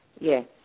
Yes